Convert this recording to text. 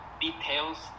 details